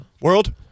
World